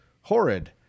horrid